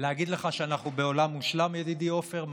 להגיד לך שאנחנו בעולם מושלם, ידידי עופר?